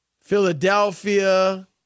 Philadelphia